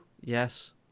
Yes